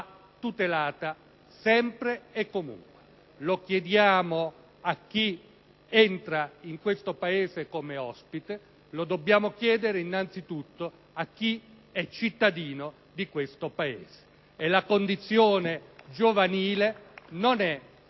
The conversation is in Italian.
tutelata sempre e comunque: lo chiediamo a chi entra in questo Paese come ospite, dobbiamo chiederlo innanzitutto a chi è cittadino di questo Paese. *(Applausi dal